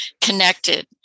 connected